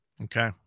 Okay